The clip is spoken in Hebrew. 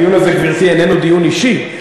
גברתי, איננו דיון אישי.